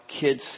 kids